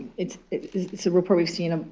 it's it's a report we've seen ah